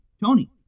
Tony